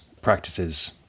practices